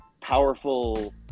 powerful